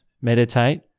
meditate